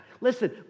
Listen